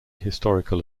historical